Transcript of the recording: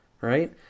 right